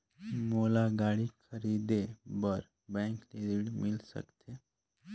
मोला गाड़ी खरीदे बार बैंक ले ऋण मिल सकथे?